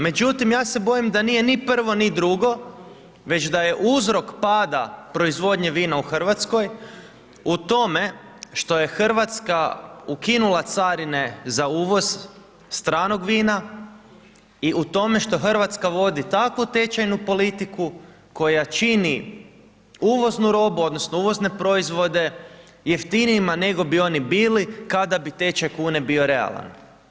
Međutim, ja se bojim da nije ni prvo ni drugo već da je uzrok pada proizvodnje vina u Hrvatskoj, u tome što je Hrvatska ukinula carine za uvoz stranog vina i u tome što Hrvatska vodi takvu tečajnu politiku koja čini uvoznu robu odnosno uvozne proizvode jeftinijima nego bi oni bili kada bi tečaj kune bio realan.